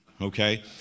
Okay